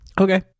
Okay